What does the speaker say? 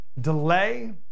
Delay